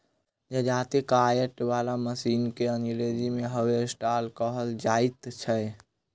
जजाती काटय बला मशीन के अंग्रेजी मे हार्वेस्टर कहल जाइत छै